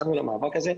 כשיצאנו למאבק הזה,